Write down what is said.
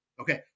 Okay